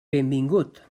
benvingut